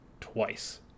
twice